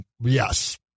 Yes